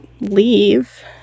leave